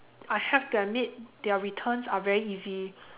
I have to admit their returns are very easy